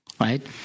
Right